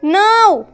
نَو